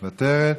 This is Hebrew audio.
מוותרת.